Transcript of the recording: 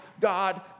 God